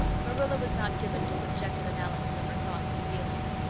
marilla was not given to subjective analysis of her thoughts and feelings.